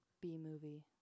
B-movie